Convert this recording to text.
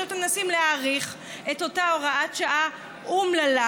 ועכשיו אתם מנסים להאריך את אותה הוראת שעה אומללה,